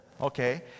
Okay